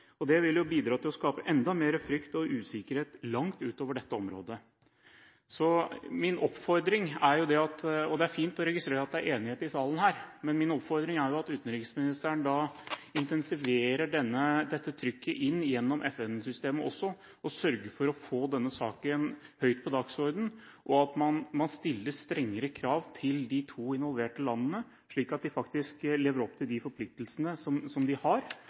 og det vil bidra til å skape enda mer frykt og usikkerhet, langt utover dette området. Min oppfordring – og det er fint å registrere at det er enighet i salen her – er at utenriksministeren intensiverer dette trykket inn gjennom FN-systemet også, og sørger for å få denne saken høyt opp på dagsordenen, og at man stiller strengere krav til de to involverte landene, slik at de faktisk lever opp til de forpliktelsene som de har